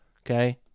okay